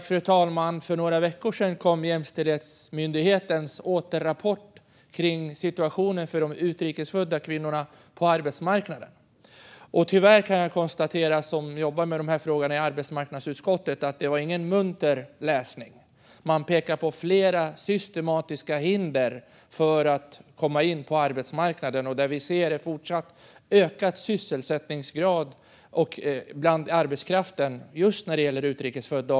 Fru talman! För några veckor sedan kom Jämställdhetsmyndighetens återrapport om situationen för de utrikes födda kvinnorna på arbetsmarknaden. Tyvärr kan jag, som jobbar med dessa frågor i arbetsmarknadsutskottet, konstatera att det inte är någon munter läsning. Man pekar på flera systematiska hinder för att komma in på arbetsmarknaden, där vi ser en fortsatt ökad sysselsättningsgrad bland arbetskraften just när det gäller utrikes födda.